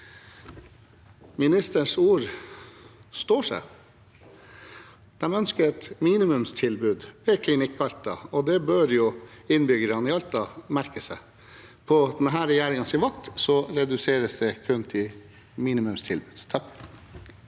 Ministerens ord står seg. De ønsker et minimumstilbud ved Klinikk Alta, og det bør innbyggerne i Alta merke seg. På denne regjeringens vakt reduseres det til kun minimumstilbud.